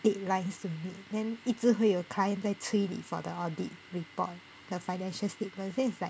deadlines to meet then 一直会有 client 在催你 for the audit report the financial statements then it's like